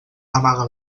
amaga